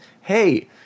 hey